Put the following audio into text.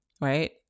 right